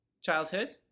childhood